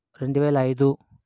రెండు వేల ఐదు